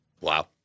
Wow